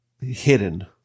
hidden